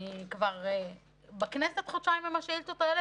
אני כבר בכנסת חודשיים עם השאילתות האלה